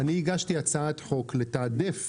אני הגשתי הצעת חוק לתעדף